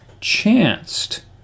chanced